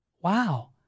Wow